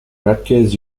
rutgers